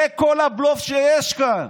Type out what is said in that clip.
זה כל הבלוף שיש כאן,